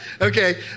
Okay